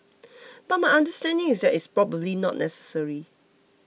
but my understanding is that it's probably not necessary